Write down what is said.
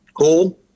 cool